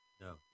No